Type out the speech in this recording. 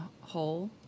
hole